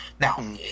Now